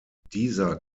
dieser